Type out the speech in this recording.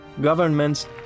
governments